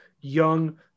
young